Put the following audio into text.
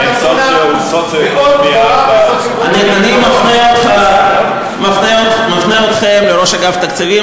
אני מפנה אתכם לראש אגף תקציבים,